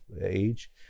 age